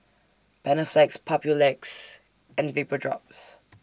Panaflex Papulex and Vapodrops